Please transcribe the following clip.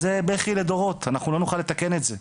אז זה בכי לדורות, אנחנו לא נוכל לתקן את זה.